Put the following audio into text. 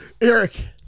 Eric